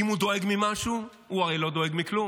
אם הוא דואג ממשהו, הוא הרי לא דואג מכלום,